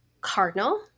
cardinal